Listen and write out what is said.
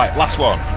um last one.